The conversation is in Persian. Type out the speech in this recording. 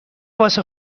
واسه